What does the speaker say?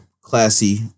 classy